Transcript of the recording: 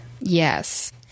Yes